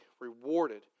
rewarded